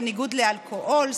בניגוד לאלכוהול,